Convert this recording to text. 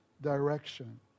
direction